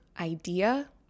idea